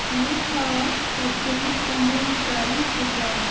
مے ہاو سچن ٹینڈولکرٕنۍ ریکاڑ